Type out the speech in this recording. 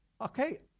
Okay